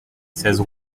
seize